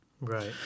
right